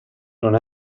non